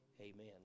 amen